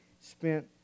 spent